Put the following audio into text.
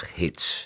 hits